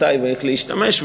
מתי ואיך להשתמש.